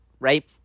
Right